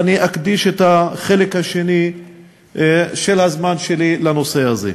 ואני אקדיש את החלק השני של הזמן שלי לנושא הזה.